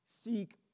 seek